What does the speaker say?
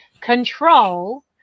control